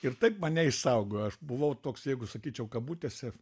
ir taip mane išsaugojo aš buvau toks jeigu sakyčiau kabutėse